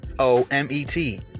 o-m-e-t